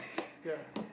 ya